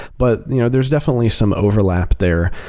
but you know there's definitely some overlap there,